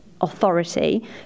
Authority